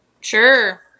sure